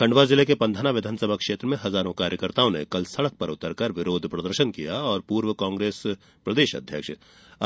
खंडवा जिले के पंधाना विधानसभा क्षेत्र में हजारों कार्यकर्ताओं ने कल सडक पर उतरकर विरोध प्रदर्शन किया और पूर्व कांग्रेस प्रदेश अध्यक्ष